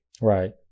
Right